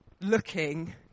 looking